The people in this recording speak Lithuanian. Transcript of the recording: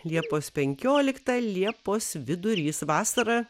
liepos penkiolikta liepos vidurys vasara